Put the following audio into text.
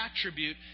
attribute